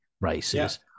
races